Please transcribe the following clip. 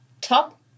Top